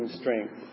strength